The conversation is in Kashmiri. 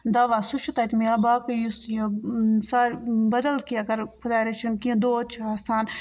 دَوا سُہ چھُ تَتہِ ملان باقٕے یُس یہِ سارِ بَدَل کیٚنٛہہ اَگَر خۄداے رٔچھِن کیٚنٛہہ دود چھُ آسان